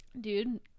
dude